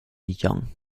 young